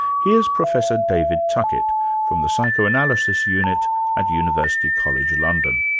here is professor david tuckett from the psychoanalysis unit at university college, london.